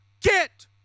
Get